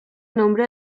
nombre